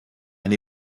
and